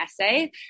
essay